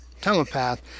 telepath